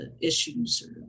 issues